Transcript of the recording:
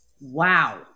wow